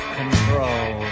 control